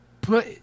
put